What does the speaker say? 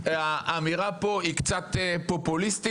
האמירה פה היא קצת פופוליסטית.